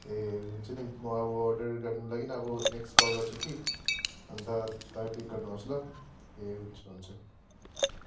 ए हुन्छ नि म अब अर्डर गर्नु लागि अब नेक्स्ट कल गर्छु कि अन्त तपाईँ पिक गर्नुहोस् ल ए हुन्छ हुन्छ